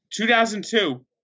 2002